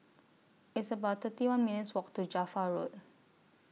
It's about thirty one minutes' Walk to Java Road